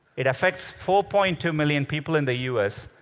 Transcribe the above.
it affects four point two million people in the u s.